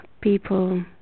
people